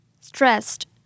Stressed